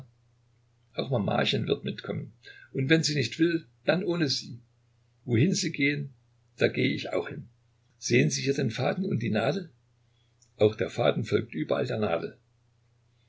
auch mamachen wird mitkommen und wenn sie nicht will dann ohne sie wohin sie gehen da gehe ich auch hin sehen sie hier den faden und die nadel auch der faden folgt überall der nadel